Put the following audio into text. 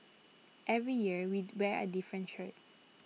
every year we wear A different shirt